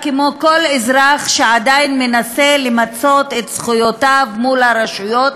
כמו כל אזרח שעדיין מנסה למצות את זכויותיו מול הרשויות,